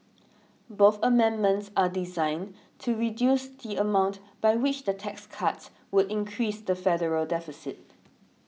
both amendments are designed to reduce the amount by which the tax cuts would increase the federal deficit